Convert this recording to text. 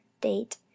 date